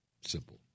Simple